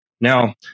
Now